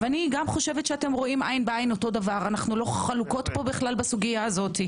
אני חושבת שאנו לא חלוקות בסוגיה הזאת.